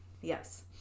Yes